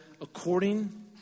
according